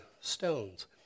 stones